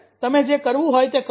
તમે જે કરવું હોય તે કરો